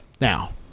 Now